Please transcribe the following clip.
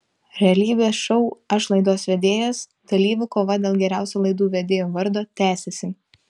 realybės šou aš laidos vedėjas dalyvių kova dėl geriausio laidų vedėjo vardo tęsiasi